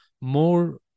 more